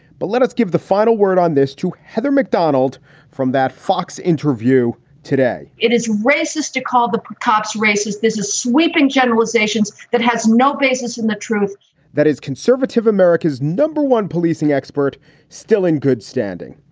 but let us give the final word on this to heather mcdonald from that fox interview today it is racist to call the cops racist. this is sweeping generalizations that has no basis in the truth that is conservative. america's number one policing expert still in good standing.